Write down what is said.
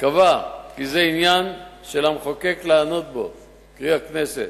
קבע כי זהו עניין למחוקק לענות בו, קרי הכנסת.